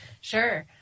Sure